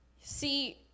See